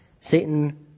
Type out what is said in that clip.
Satan